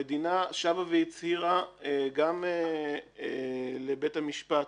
המדינה שבה והצהירה גם לבית המשפט